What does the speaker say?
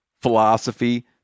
philosophy